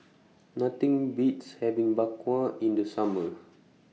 Nothing Beats having Bak Kwa in The Summer